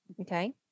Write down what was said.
Okay